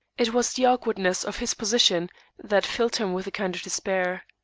it was the awkwardness of his position that filled him with a kind of despair.